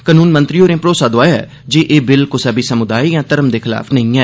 कनून मंत्री होरें भरोसा दोआया जे एह बिल कुसै बी समुदाय या धर्म दे खिलाफ नेईं ऐ